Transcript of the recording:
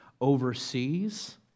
overseas